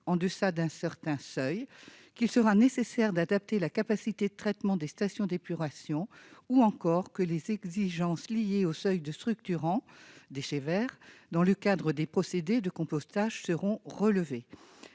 en deçà d'un certain seuil, qu'il sera nécessaire d'adapter la capacité de traitement des stations d'épuration ou encore que les exigences liées au seuil de structurants- les déchets verts -dans le cadre des procédés de compostage seront relevées.